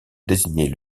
désigner